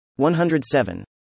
107